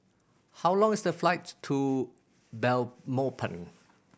how long is the flights to Belmopan